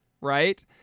right